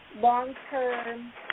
long-term